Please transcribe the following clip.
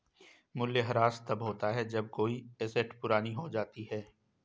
मूल्यह्रास तब होता है जब कोई एसेट पुरानी हो जाती है